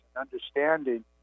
understanding